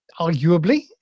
arguably